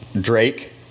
Drake